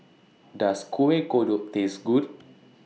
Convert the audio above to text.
Does Kueh Kodok Taste Good